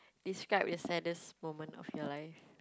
describe the saddest moment of your life